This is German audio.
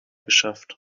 geschafft